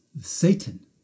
Satan